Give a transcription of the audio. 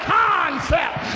concept